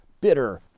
bitter